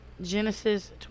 Genesis